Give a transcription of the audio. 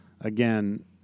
again